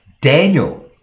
Daniel